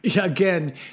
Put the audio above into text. again